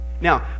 Now